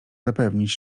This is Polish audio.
zapewnić